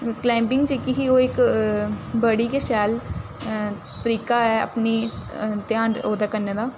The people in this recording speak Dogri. क्लाइंबिंग जेह्की ही ओह् इक बड़ी गै शैल तरीका ऐ अपनी ध्यान ओह्दा करने दा